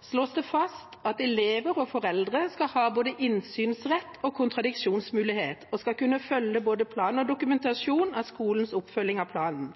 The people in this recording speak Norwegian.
slås det fast at elever og foreldre skal ha både innsynsrett og kontradiksjonsmulighet og skal kunne følge både plan og dokumentasjon av skolens oppfølging av planen.